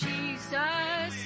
Jesus